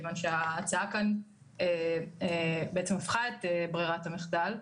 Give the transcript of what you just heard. מכיוון שההצעה הפכה את בררת המחדל,